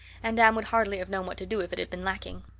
and anne would hardly have known what to do if it had been lacking.